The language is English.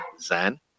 Zan